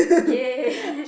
yay